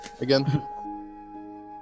again